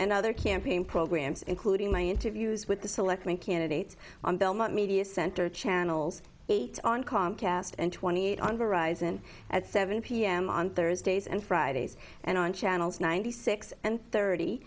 and other campaign programs including my interviews with the selectmen candidates on belmont media center channels eight on comcast and twenty eight on horizon at seven p m on thursdays and fridays and on channels ninety six and thirty